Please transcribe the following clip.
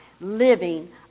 living